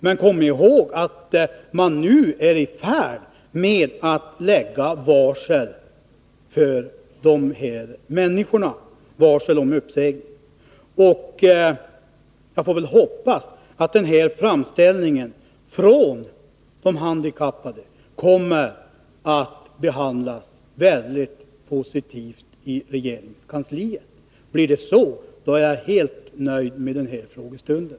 Men kom ihåg att man nu är i färd med att varsla de här människorna om uppsägning. Jag hoppas att framställningen från de handikappade kommer att behandlas mycket positivt i regeringskansliet. Om så blir fallet, är jag helt nöjd med den här frågestunden.